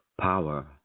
Power